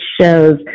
shows